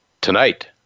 tonight